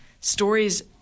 stories